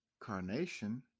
carnation